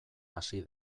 hasi